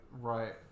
Right